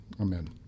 amen